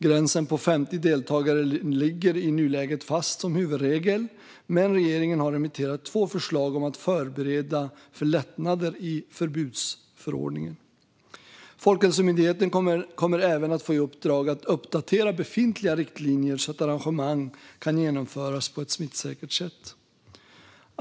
Gränsen på 50 deltagare ligger i nuläget fast som huvudregel, men regeringen har remitterat två förslag om att förbereda för lättnader i förbudsförordningen. Folkhälsomyndigheten kommer även att få i uppdrag att uppdatera befintliga riktlinjer så att arrangemang kan genomföras på ett smittsäkert sätt.